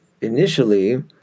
initially